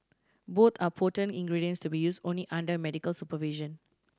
both are potent ingredients to be used only under medical supervision